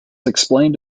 explained